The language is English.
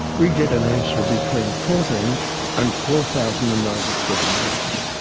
we get an answer between fourteen and four thousand and ninety seven rabbits.